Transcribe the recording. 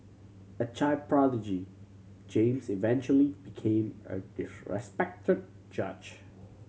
a child prodigy James eventually became a disrespected judge